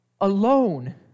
alone